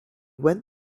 went